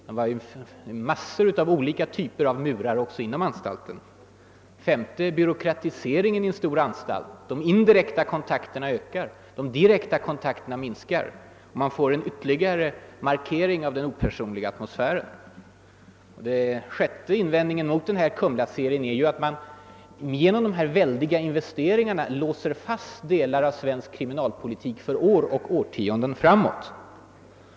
Det finns massor av olika slags murar också inom denna anstalt. 5) Inom en stor anstalt blir det en betydande byråkratisering. De indirekta kontakterna ökar och de direkta kontakterna minskar. Man får då en ytterligare markering av den opersonliga atmosfären. 6) Man kan mot Kumlaserien invända att den genom de väldiga investeringar som den kräver låser fast delar av svensk kriminalpolitik för årtionden framåt.